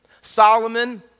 Solomon